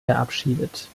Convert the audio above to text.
verabschiedet